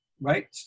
Right